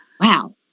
Wow